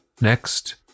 Next